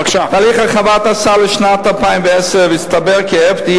בתהליך הרחבת הסל לשנת 2010 הסתבר כי ה-FDA